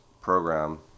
program